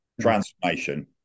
transformation